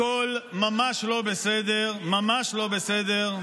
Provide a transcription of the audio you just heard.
הכול ממש לא בסדר, ממש לא בסדר.